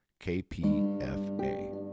KPFA